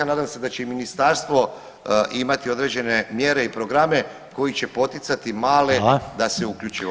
Nadam se da će i ministarstvo imati određene mjere i programe koji će poticati male da [[Upadica Reiner: Hvala.]] se uključe u ovo.